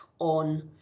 on